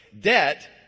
Debt